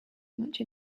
much